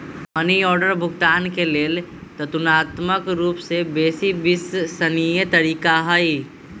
money order भुगतान के लेल ततुलनात्मक रूपसे बेशी विश्वसनीय तरीका हइ